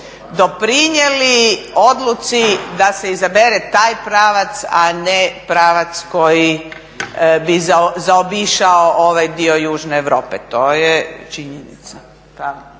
doprinijeli odluci da se izabere taj pravac, a ne pravac koji bi zaobišao ovaj dio južne Europe. To je činjenica.